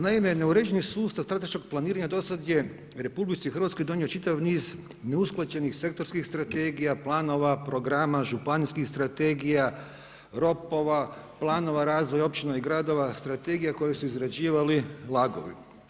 Naime, neuređeni sustav strateškog planiranja do sada je RH donio čitav niz neusklađenih sektorskih strategija, planova, programa, županijskih strategija, …, planova razvoja općina i gradova, strategija koje su izrađivali LAG-ovi.